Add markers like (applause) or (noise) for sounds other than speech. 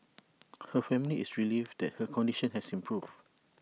(noise) her family is relieved that her condition has improved